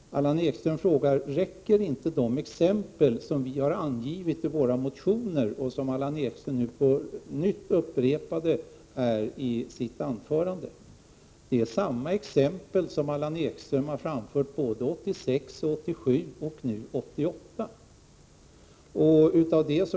Allan Ekström frågade om inte exemplen i motionerna räcker, exempel som Allan Ekström upprepade i sitt anförande. Det är samma exempel som Allan Ekström framförde 1986, 1987 och nu 1988.